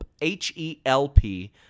H-E-L-P